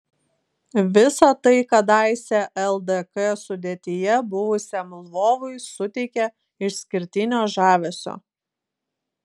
visa tai kadaise ldk sudėtyje buvusiam lvovui suteikia išskirtinio žavesio